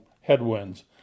headwinds